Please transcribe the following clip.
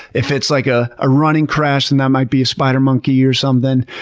if it's like ah a running crash then that might be a spider monkey or something.